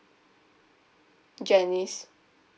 janice